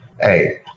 hey